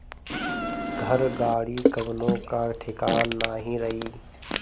घर, गाड़ी कवनो कअ ठिकान नाइ रही